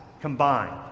combined